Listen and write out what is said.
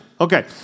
Okay